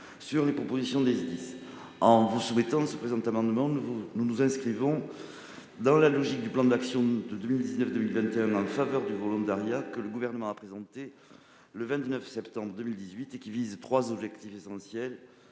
sur les propositions des SDIS. En vous soumettant cet amendement, mes chers collègues, nous nous inscrivons dans la logique du plan d'action de 2019-2021 en faveur du volontariat, que le Gouvernement a présenté le 29 septembre 2018. Ce dernier vise trois objectifs essentiels